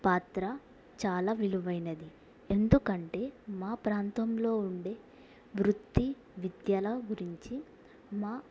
పాత్ర చాలా విలువైనది ఎందుకంటే మా ప్రాంతంలో ఉండే వృత్తి విద్యల గురించి మా